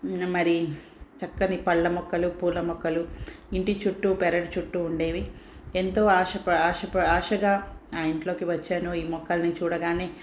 మరి చక్కని పళ్ళమొక్కలు పూలమొక్కలు ఇంటి చుట్టూ పెరటి చుట్టూ ఉండేవి ఎంతో ఆశ ప ఆశ ప ఆశగా ఆ ఇంట్లోకి వచ్చాను ఈ మొక్కల్ని చూడగానే